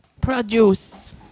Produce